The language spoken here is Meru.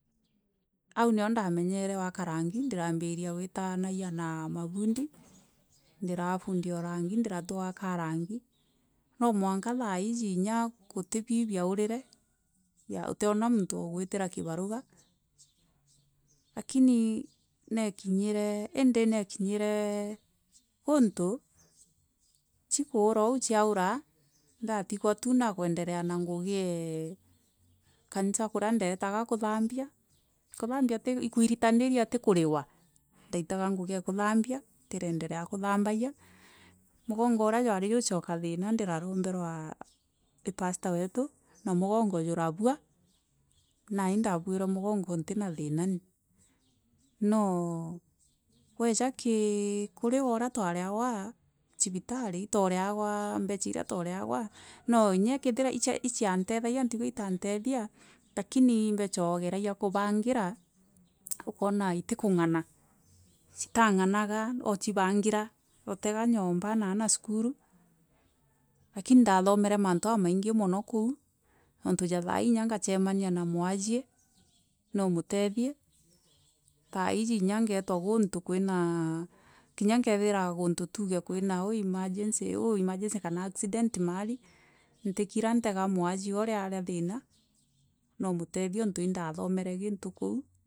Au nio ndamenyeere gwaka rangi ndiraambiria gwitanagi a na abundi ndiraa bundi o rangi. No mwanka thairi inya utibio biaorire utiona muntu ugutira kibaruga lakini neekinyire indi neekinyeri guntu cie kuura uo ciaura ndatigua tu na kuendelea ngugi eee kanisa kuria ndetaga kuthambia, kuthambia ii kuiritanera ti kuringwa nduitaga ngugi ee kuthambia ndiraendelea kuthambagia mugungo uria jwari juigucooka thiina ndiraromberwa ii pastor wetu na mugongo jurabua nai indabuire mugongo ntina thiina ni noo weeja kiri kurigwa uria twariagwa cibitari twareegwa. Mbeca iria twareagwa no kinya kethirwa iciantethagiu tiuga intantethayia lakini ii mbeca ugeragia kubangira ukoona itikungana itaanganaga ocibangira otega nyomba na aana cukuru lakini indathomeru mantu jamaingi mono kaa ontu ja thaii inya ngeetwa guntu kwinaa kinya kuthira tuuge kuntu kwinaa oo emergency kana accident mahali ntikira ntega mwajie uria ariwa ii thiina no muthethie niuntu indathomere gintu kou.